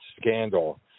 scandal